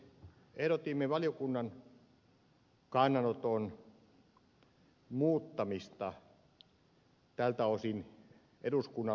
ehdotimme valiokunnan kannanoton muuttamista tältä osin eduskunnan lausuman muotoon